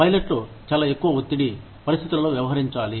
పైలెట్లు చాలా ఎక్కువ ఒత్తిడి పరిస్థితులతో వ్యవహరించాలి